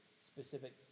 specific